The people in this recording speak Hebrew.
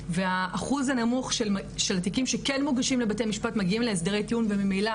והאחוז הנמוך של התיקים שכן מוגשים לבית משפט מגיעים להסדרי טיעון וממילא